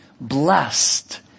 Blessed